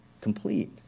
complete